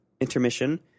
intermission